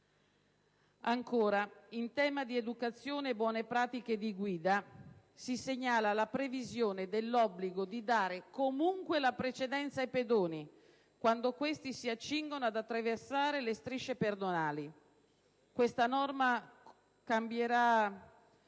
Ancora, in tema di educazione e buone pratiche di guida, si segnala la previsione dell'obbligo di dare comunque la precedenza ai pedoni quando questi si accingono ad attraversare le strisce pedonali: questa norma sicuramente